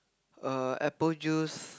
err apple juice